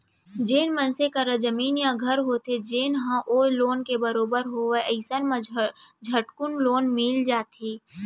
जेन मनसे करा जमीन या घर होथे जेन ह ओ लोन के बरोबर होवय अइसन म झटकुन लोन मिल जाथे